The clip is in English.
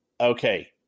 okay